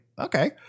okay